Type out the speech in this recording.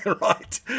right